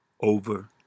over